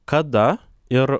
kada ir